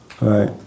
Right